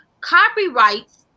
copyrights